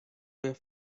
were